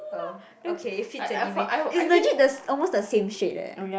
oh okay it fits anyway it legit the s~ almost the same shade eh